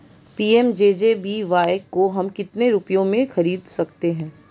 PMJJBY को हम कितने रुपयों में खरीद सकते हैं?